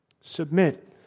Submit